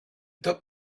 top